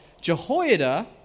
Jehoiada